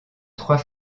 trois